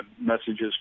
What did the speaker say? Messages